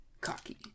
cocky